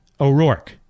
O'Rourke